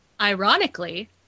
ironically